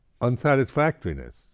unsatisfactoriness